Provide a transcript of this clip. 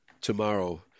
tomorrow